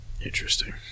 interesting